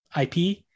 IP